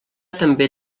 també